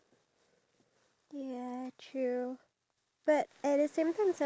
we need to include elevators even though it's like literally